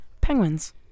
Penguins